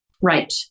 Right